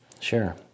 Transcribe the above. Sure